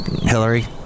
Hillary